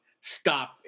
stop